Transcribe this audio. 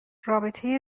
رابطه